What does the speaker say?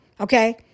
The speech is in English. Okay